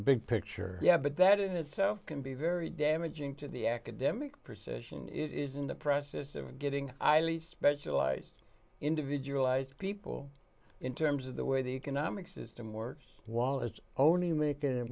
a big picture yeah but that in itself can be very damaging to the academic pursuit is in the process of getting ighly specialized individualized people in terms of the way the economic system works while it's only mak